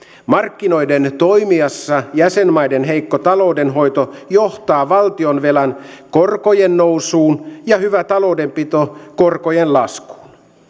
markkinoiden toimiessa jäsenmaiden heikko taloudenhoito johtaa valtionvelan korkojen nousuun ja hyvä taloudenpito korkojen laskuun